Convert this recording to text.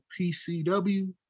PCW